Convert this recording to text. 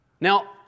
Now